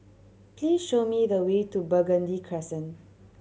please show me the way to Burgundy Crescent